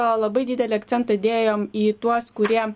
labai didelį akcentą dėjom į tuos kurie